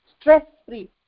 stress-free